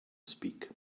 speak